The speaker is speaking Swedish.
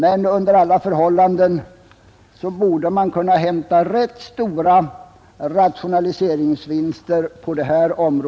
Men under alla förhållanden borde man även på detta område kunna hämta ganska stora rationaliseringsvinster.